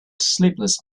sleepless